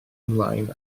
ymlaen